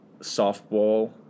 softball